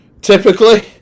typically